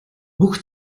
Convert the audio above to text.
бүх